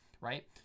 right